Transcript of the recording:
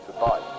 goodbye